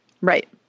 Right